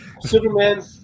Superman